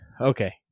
Okay